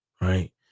right